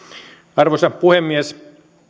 arvoisa puhemies